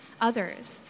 others